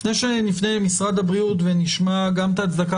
לפני שנפנה למשרד הבריאות ונשמע גם את ההצדקה